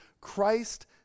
Christ